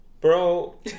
bro